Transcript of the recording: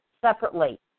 separately